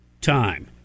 time